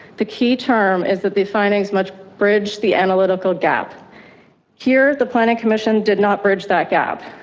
the key term is that the findings much bridge the analytical gap here, the planning commission did not bridge that gap.